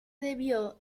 debió